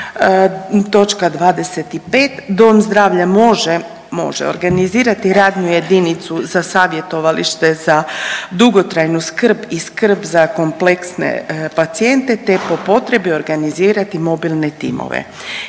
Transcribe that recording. točka 25. dom zdravlja može, može organizirati radnu jedinicu za savjetovalište za dugotrajnu skrb i skrbi za kompleksne pacijente te po potrebi organizirati mobilne timove.